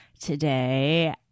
Today